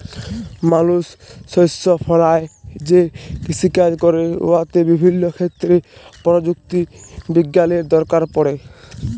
মালুস শস্য ফলাঁয় যে কিষিকাজ ক্যরে উয়াতে বিভিল্য ক্ষেত্রে পরযুক্তি বিজ্ঞালের দরকার পড়ে